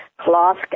cloth